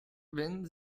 wenn